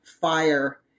FIRE